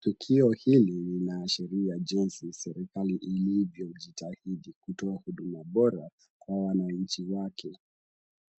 Tukio hili linaashiria jinsi serikali ilivyojitahidi kutoa huduma bora kwa wananchi wake.